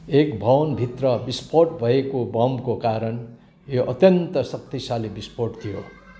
एक भवनभित्र विस्फोट भएको बमको कारण यो अत्यन्त शक्तिशाली विस्फोट थियो